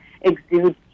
exudes